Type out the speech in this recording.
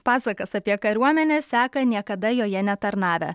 pasakas apie kariuomenę seka niekada joje netarnavę